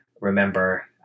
remember